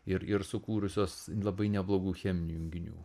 ir ir sukūrusios labai neblogų cheminių junginių